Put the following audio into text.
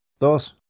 dos